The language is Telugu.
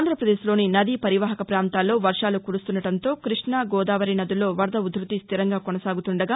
ఆంధ్రప్రదేశ్లోని నదీ పరీవాహక పాంతాల్లో వర్వాలు కురుస్తుండటంతో క్బష్టా గోదావరి నదుల్లో వరద ఉధృతి స్థిరంగా కొనసాగుతుండగా